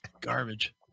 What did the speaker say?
Garbage